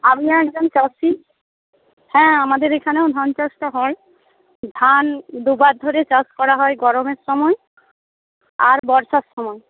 আমিও একজন চাষি হ্যাঁ আমাদের এখানেও ধান চাষটা হয় ধান দুবার ধরে চাষ করা হয় গরমের সময় আর বর্ষার সময়